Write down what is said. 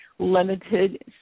Limited